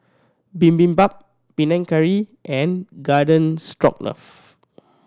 Bibimbap Panang Curry and Garden Stroganoff